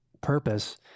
purpose